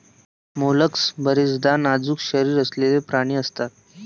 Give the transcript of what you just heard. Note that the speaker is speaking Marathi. मोलस्क बर्याचदा नाजूक शरीर असलेले प्राणी असतात